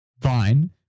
Fine